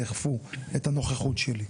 תאכפו את הנוכחות שלי.